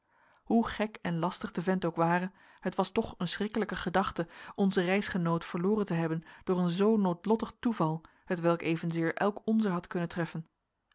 hoe gek en lastig de vent ook ware het was toch een schrikkelijke gedachte onzen reisgenoot verloren te hebben door een zoo noodlottig toeval hetwelk evenzeer elk onzer had kunnen treffen